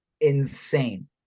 insane